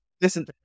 Listen